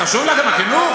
חשוב לכם חינוך?